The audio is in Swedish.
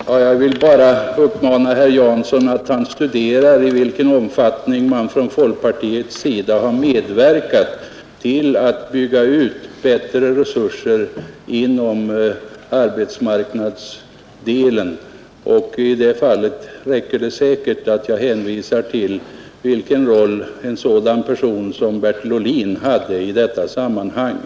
Herr talman! Jag vill bara uppmana herr Jansson att studera i vilken omfattning folkpartiet har medverkat till att bygga ut resurserna för arbetsmarknadspolitiken. I det fallet räcker det säkert om jag hänvisar till den roll en sådan person som Bertil Ohlin spelade i sammanhanget.